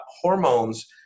Hormones